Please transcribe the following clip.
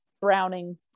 browning